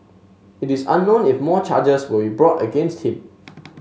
it is unknown if more charges will be brought against him